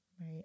right